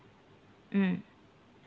mm